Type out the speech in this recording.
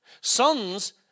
Sons